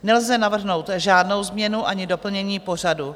Nelze navrhnout žádnou změnu ani doplnění pořadu.